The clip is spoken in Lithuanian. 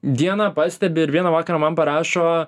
dieną pastebi ir vieną vakarą man parašo